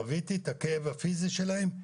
חוויתי את הכאב הפיזי שלהם,